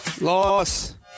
Loss